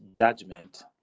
judgment